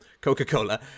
coca-cola